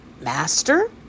Master